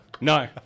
No